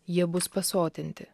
jie bus pasotinti